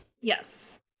Yes